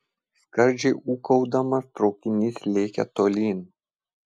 skardžiai ūkaudamas traukinys lėkė tolyn